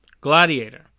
Gladiator